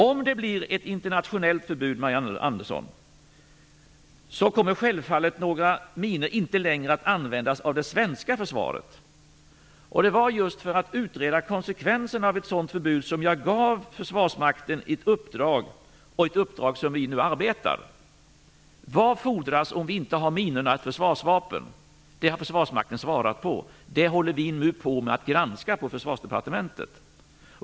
Om det blir ett internationellt förbud, Marianne Andersson, kommer självfallet inte några minor längre att användas av det svenska försvaret. Det var just för att utreda konsekvensen av ett sådant förbud som jag gav Försvarsmakten ett uppdrag, som vi nu arbetar med, och det innebar: Vad fordras i försvarsvapen om vi inte har minorna? Det har Försvarsmakten svarat på, och det håller vi nu på att granska i Försvarsdepartementet.